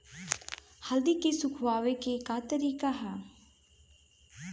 हल्दी के सुखावे के का तरीका ह?